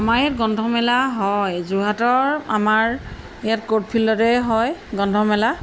আমাৰ ইয়াত গ্ৰন্থমেলা হয় যোৰহাটৰ আমাৰ ইয়াত ক'ৰ্ট ফিল্ডতে হয় গ্ৰন্থমেলা